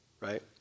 right